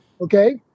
Okay